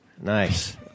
Nice